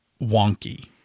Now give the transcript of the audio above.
wonky